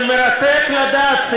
זה מרתק לדעת,